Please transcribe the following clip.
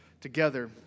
together